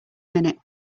minute